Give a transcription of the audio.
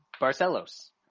Barcelos